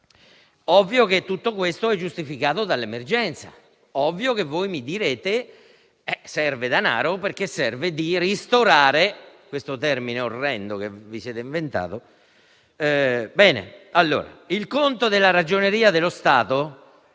ovvio che tutto questo è giustificato dall'emergenza; ovvio che voi mi direte che serve danaro per ristorare (questo termine orrendo che vi siete inventati). Il conto della Ragioneria generale